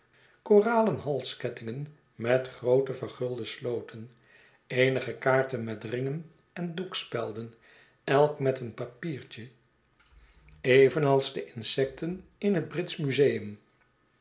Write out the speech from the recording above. koralen halskettingen met groote vergulde sloten eenige kaarten met ringen en doekspeiden elk met een papiertje evenals de insecten in het britsch museum